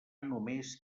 només